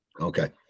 okay